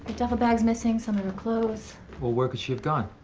duffel bag's missing, some of her clothes. well, where could she have gone?